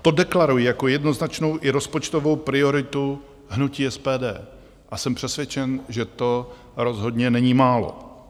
To deklaruji jako jednoznačnou i rozpočtovou prioritu hnutí SPD a jsem přesvědčen, že to rozhodně není málo.